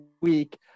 week